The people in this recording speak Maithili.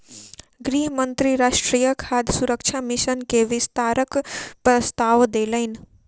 गृह मंत्री राष्ट्रीय खाद्य सुरक्षा मिशन के विस्तारक प्रस्ताव देलैन